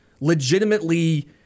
legitimately